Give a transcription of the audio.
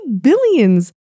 billions